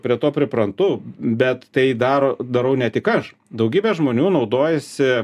prie to priprantu bet tai daro darau ne tik aš daugybė žmonių naudojasi